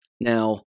Now